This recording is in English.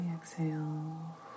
exhale